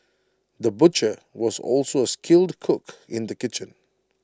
the butcher was also A skilled cook in the kitchen